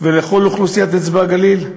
ולכל אוכלוסיית אצבע-הגליל,